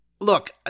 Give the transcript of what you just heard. look